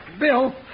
Bill